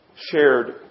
shared